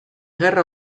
gerra